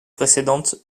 précédente